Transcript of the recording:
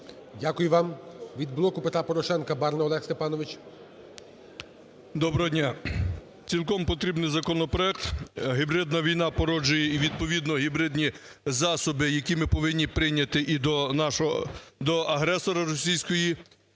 Дякую вам. Від "Блоку Петра Порошенка" Барна Олег Степанович. 16:30:50 БАРНА О.С. Доброго дня! Цілком потрібний законопроект. А гібридна війна породжує і відповідно гібридні засоби, які ми повинні прийняти і до агресора російської,